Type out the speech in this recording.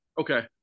Okay